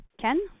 Ken